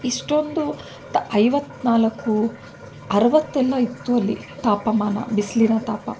ಇಷ್ಟೊಂದು ಐವತ್ತ್ನಾಲ್ಕು ಅರವತ್ತೆಲ್ಲ ಇತ್ತು ಅಲ್ಲಿ ತಾಪಮಾನ ಬಿಸಿಲಿನ ತಾಪ